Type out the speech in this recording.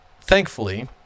Thankfully